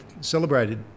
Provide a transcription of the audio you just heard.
celebrated